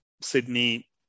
Sydney